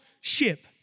ship